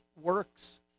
works